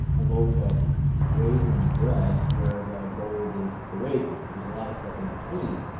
a loaf of raisin bread, where the gold is the raisins. so there's a lot of stuff in between.